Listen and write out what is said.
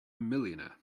millionaire